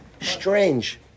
Strange